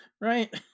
right